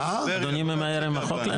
אדוני ממהר עם החוק לאן שהוא?